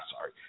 sorry